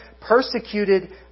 Persecuted